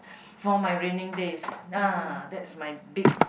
for my raining days ah that's my big